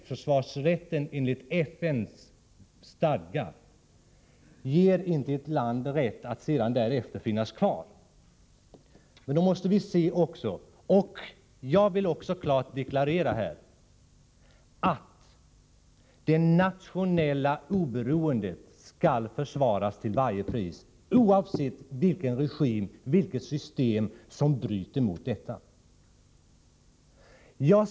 FN-stadgan om självförsvarsrätten ger inte ett land rätt att ha kvar sina trupper på en annan stats territorium. Jag vill här klart deklarera att det nationella oberoendet skall försvaras till varje pris — oavsett vilken regim, vilket system som bryter mot denna stadga.